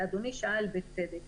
ואדוני שאל בצדק,